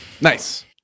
Nice